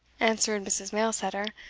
answered mrs. mailsetter,